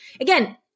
again